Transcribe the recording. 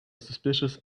suspicious